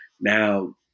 Now